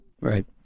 Right